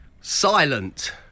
Silent